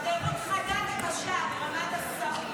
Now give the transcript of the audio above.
הידרדרות חדה וקשה ברמת השרים.